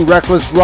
Reckless